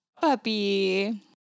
Puppy